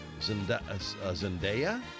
Zendaya